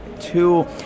two